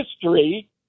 history